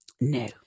no